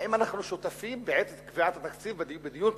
האם אנחנו שותפים בעת קביעת התקציב בדיון שכזה?